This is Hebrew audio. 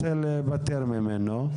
רוצה להיפטר ממנו.